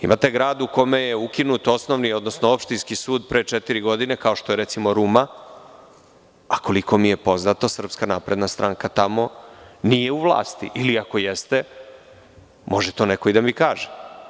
Imate grad u kome je ukinut osnovno odnosno opštinski sud pre četiri godine, kao što je recimo Ruma, a koliko mi je poznato SNS tamo nije u vlasti ili ako jeste, može to neko i da mi kaže.